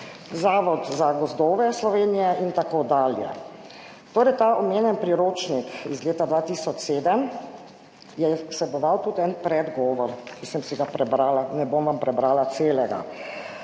Zavod za gozdove Slovenije in tako dalje. Torej, ta omenjeni priročnik iz leta 2007 je vseboval tudi en predgovor, ki sem si ga prebrala, ne bom vam prebrala celega.